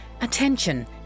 Attention